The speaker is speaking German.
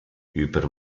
über